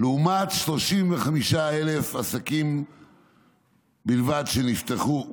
לעומת 35,000 עסקים בלבד שנפתחו.